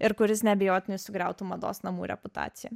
ir kuris neabejotinai sugriautų mados namų reputaciją